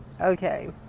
Okay